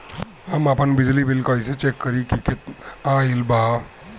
हम आपन बिजली बिल कइसे चेक करि की केतना आइल बा?